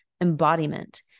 embodiment